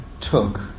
took